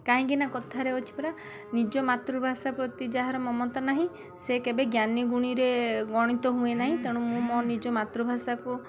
କାହିଁକି ନା କଥାରେ ଅଛି ପରା ନିଜ ମାତୃଭାଷା ପ୍ରତି ଯାହାର ମମତା ନାହିଁ ସେ କେବେ ଜ୍ଞାନୀ ଗୁଣୀରେ ଗଣିତ ହୁଏ ନାହିଁ ତେଣୁ ମୋ ନିଜ ମାତୃଭାଷାକୁ